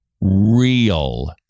real